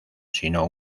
sino